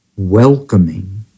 welcoming